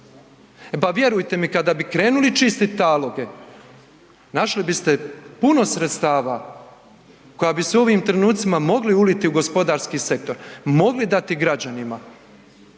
E pa, vjerujte mi kada bi krenuli čistiti taloge našli biste puno sredstva koja bi se u ovim trenucima mogli uliti u gospodarski sektor, mogli dati građanima.